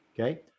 Okay